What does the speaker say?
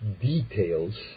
details